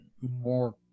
more